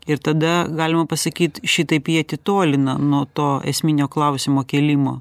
ir tada galima pasakyt šitaip jie atitolina nuo to esminio klausimo kėlimo